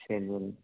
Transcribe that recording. சரி சரி